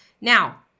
Now